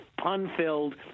pun-filled